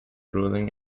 ruling